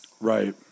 right